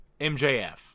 MJF